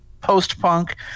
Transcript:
post-punk